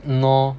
!hannor!